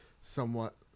somewhat